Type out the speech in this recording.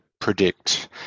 predict